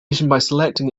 selecting